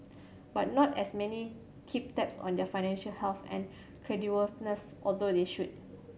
but not as many keep tabs on their financial health and creditworthiness although they should